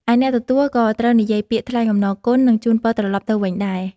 ឯអ្នកទទួលក៏ត្រូវនិយាយពាក្យ ថ្លែងអំណរគុណ និងជូនពរត្រឡប់ទៅវិញដែរ។